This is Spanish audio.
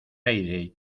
aire